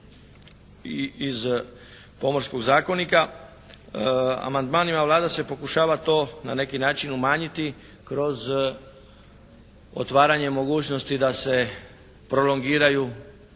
iz Pomorskog zakonika amandmanima, Vlada se pokušava to na neki način umanjiti kroz otvaranje mogućnosti da se prolongiraju